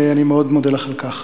ואני מאוד מודה לך על כך.